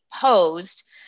posed